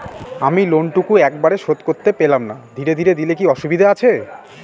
আমি লোনটুকু একবারে শোধ করতে পেলাম না ধীরে ধীরে দিলে কি অসুবিধে আছে?